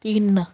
ਤਿੰਨ